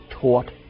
taught